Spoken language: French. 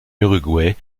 uruguay